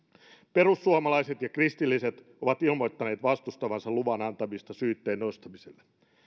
perussuomalaiset ja kristilliset ovat ilmoittaneet vastustavansa luvan antamista syytteen nostamiselle